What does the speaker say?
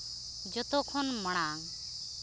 ᱡᱚᱛᱚ ᱠᱷᱚᱱ ᱢᱟᱲᱟᱝ